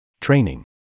training